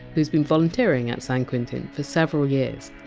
who! s been volunteering at san quentin for several years.